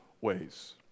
ways